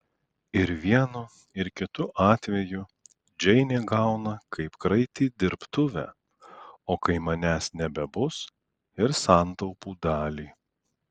ir vienu ir kitu atveju džeinė gauna kaip kraitį dirbtuvę o kai manęs nebebus ir santaupų dalį